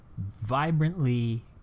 vibrantly